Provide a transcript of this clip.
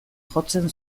jotzen